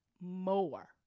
more